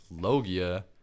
Logia